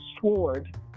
sword